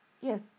yes